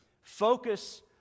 focus